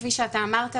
וכפי שאתה אמרת,